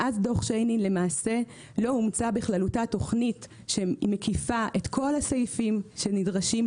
מאז דוח שיינין לא אומצה בכללותה תוכנית שמקיפה את כל הסעיפים שנדרשים,